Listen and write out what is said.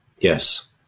Yes